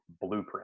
blueprint